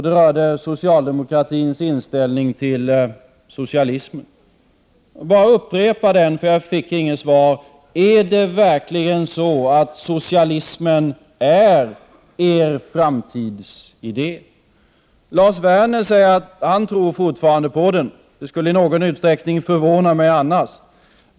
Den rörde socialdemokratins inställning till socialismen. Jag upprepar frågan, eftersom jag inte fick något svar på den. Är det verkligen så att socialismen är er framtidsidé? Lars Werner säger att han fortfarande tror på socialismen. Något annat skulle i någon utsträckning förvåna mig.